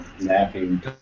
Napping